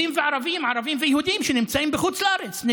על פי